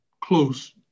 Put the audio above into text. close